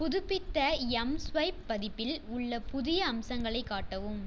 புதுப்பித்த எம்ஸ்வைப் பதிப்பில் உள்ள புதிய அம்சங்களைக் காட்டவும்